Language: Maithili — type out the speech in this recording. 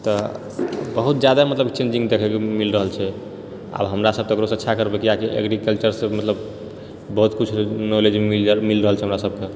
तऽ बहुत जादा मतलब चेंजिंग देखै कऽ मिल रहल छै आब हमरा सब तऽ एकरोसँ अच्छा करबै किआकि एग्रीकल्चरसँ मतलब बहुत किछु नॉलेज मिल रहल छै हमरा सबकेँ